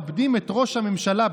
הוועדה המסדרת נתקבלה.